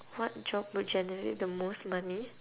what job would generate the most money